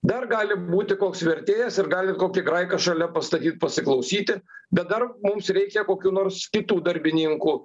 dar gali būti koks vertėjas ir galim kokį graiką šalia pastatyt pasiklausyti bet dar mums reikia kokių nors kitų darbininkų